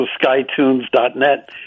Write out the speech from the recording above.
SkyTunes.net